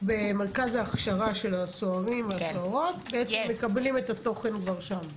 במרכז ההכשרה של הסוהרים והסוהרות מקבלים את התוכן כבר שם?